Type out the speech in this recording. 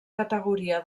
categoria